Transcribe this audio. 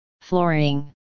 flooring